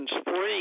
spring